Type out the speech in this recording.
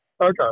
Okay